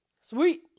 Sweet